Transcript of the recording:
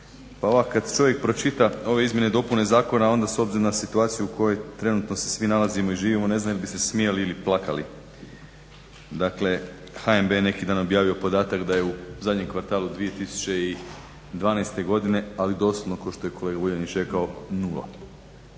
Pa ovako kad čovjek pročita ove izmjene i dopune zakona onda s obzirom na situaciju u kojoj trenutno se svi nalazimo i živimo ne znam jel bi se smijali ili plakali. Dakle HNB je neki dan objavio podatak da je u zadnjem kvartalu 2012. godine, ali doslovno kao što je kolega Vuljanić rekao, nula.